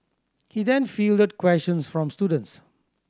he then fielded questions from students